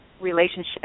relationship